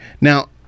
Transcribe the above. Now